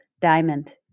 Diamond